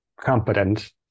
competent